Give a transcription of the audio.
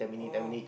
oh